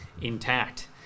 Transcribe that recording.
intact